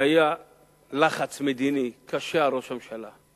שהיה לחץ מדיני קשה על ראש הממשלה.